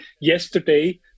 yesterday